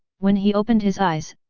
when he opened his eyes,